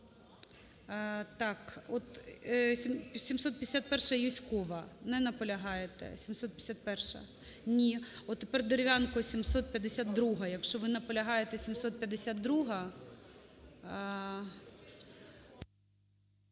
751-а, Юзькова. Не наполягаєте. 751-а. Ні. От тепер Дерев'янко 752-а. Якщо ви наполягаєте 752-а…